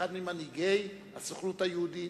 אחד ממנהיגי הסוכנות היהודית,